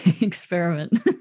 experiment